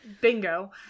Bingo